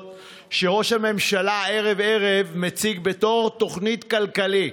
שראש הממשלה מציג ערב-ערב בתור תוכנית כלכלית.